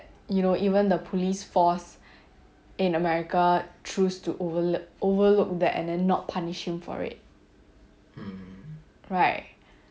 you know even the police force in america choose to overlook overlook that and then not punish him for it right